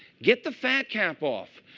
get the fat cap off.